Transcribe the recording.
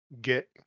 get